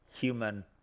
human